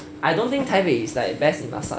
I don't think taipei is like best in class lah